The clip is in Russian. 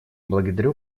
благодарю